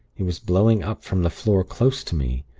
it was blowing up from the floor close to me.